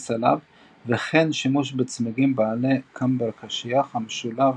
העומס עליו וכן שימוש בצמיגים בעלי קמבר קשיח המשולב